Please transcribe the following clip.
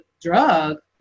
drug